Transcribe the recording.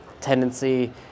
tendency